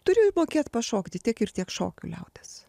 turi mokėt pašokti tiek ir tiek šokių liaudies